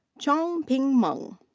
changping meng.